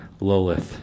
Lolith